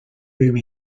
whom